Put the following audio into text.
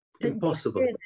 Impossible